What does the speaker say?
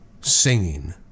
singing